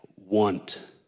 want